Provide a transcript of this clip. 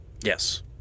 Yes